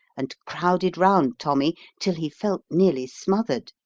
and crowded round tommy till he felt nearly smothered.